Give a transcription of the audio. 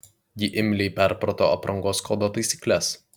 ji imliai perprato aprangos kodo taisykles